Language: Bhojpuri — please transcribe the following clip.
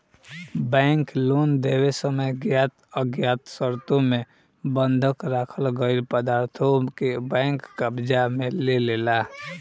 बैंक लोन देवे समय ज्ञात अज्ञात शर्तों मे बंधक राखल गईल पदार्थों के बैंक कब्जा में लेलेला